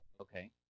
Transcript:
Okay